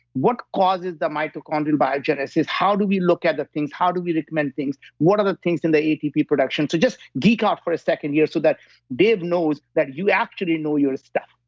what causes the mitochondrial biogenesis, how do we look at the things? how do we recommend things? what are the things in the atp production? so just geek out for a second here, so that dave knows that you actually know your stuff,